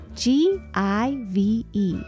give